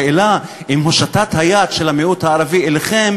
השאלה היא אם הושטת היד של המיעוט הערבי אליכם